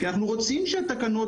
כי אנחנו רוצים שהתקנות,